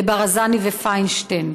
לברזני ופיינשטיין.